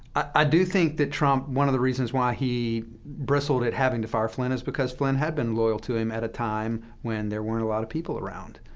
i do think that trump, one of the reasons why he bristled at having to fire flynn is because flynn had been loyal to him at a time when there weren't a lot of people around.